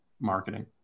marketing